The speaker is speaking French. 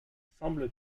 semble